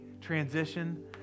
transition